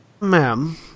Ma'am